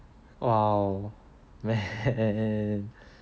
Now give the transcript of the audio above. oh ya anyway